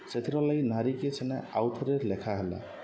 ସେଥିର ଲାଗି ନାରୀକେ ସେନେ ଆଉ ଥରେ ଲେଖା ହେଲା